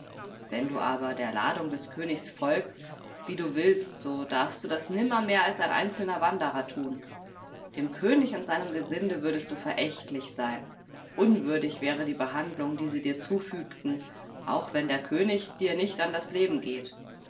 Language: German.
wenn du aber der ladung des königs folgst wie du willst so darfst du das nimmermehr als ein einzelner wanderer tun dem könig und seinem gesinde würdest du verächtlich sein unwürdig wäre die behandlung die sie dir zufügten auch wenn der könig dir nicht an das leben geht